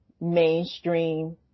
mainstream